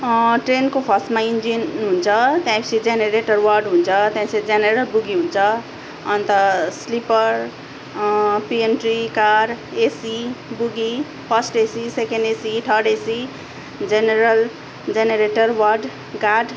ट्रेनको फर्स्टमा इन्जिन हुन्छ त्यसपछि जेनेरेटर वार्ड हुन्छ त्यसपछि जेनेरल बुग्गी हुन्छ अन्त sleeper pantry car AC बुग्गी first AC second AC third AC general generator ward guard